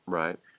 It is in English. right